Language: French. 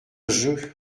jeu